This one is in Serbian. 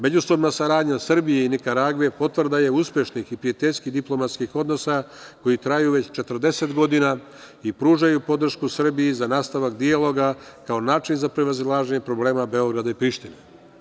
Međusobna saradnja Srbije i Nikaragve je potvrda uspešnih i prijateljskih diplomatskih odnosa koji traju već 40 godina i pružaju podršku Srbiji za nastavak dijaloga kao način za prevazilaženje problema Beograda i Prištine.